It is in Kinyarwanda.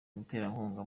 umuterankunga